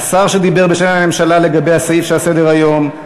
השר שדיבר בשם הממשלה לגבי הסעיף שעל סדר-היום,